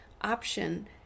option